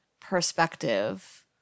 perspective